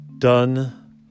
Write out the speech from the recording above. done